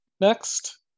next